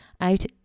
out